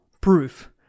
proof